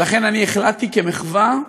ולכן אני החלטתי, כמחווה,